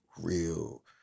real